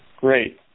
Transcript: great